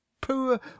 poor